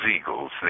eagles